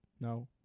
No